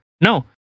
no